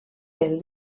pel